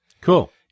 Cool